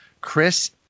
Chris